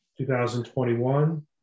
2021